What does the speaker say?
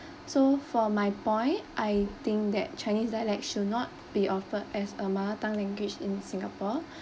so for my point I think that chinese dialect should not be offered as a mother tongue language in singapore